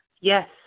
Yes